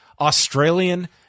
Australian